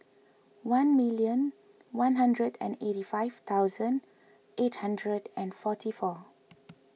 one million one hundred and eighty five thousand eight hundred and forty four